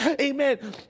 Amen